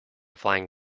flying